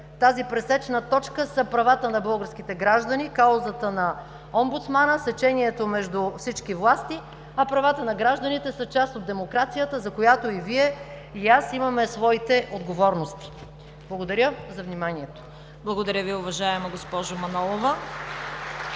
Тази пресечна точка са правата на българските граждани, каузата на омбудсмана, сечението между всички власти, а правата на гражданите са част от демокрацията, за която и Вие и аз имаме своите отговорности. Благодаря за вниманието. (Ръкопляскания.)